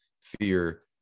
fear